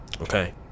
Okay